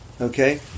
Okay